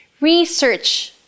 research